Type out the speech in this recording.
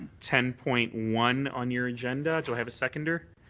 ten point one on your agenda. do i have a seconder?